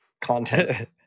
content